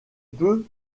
peut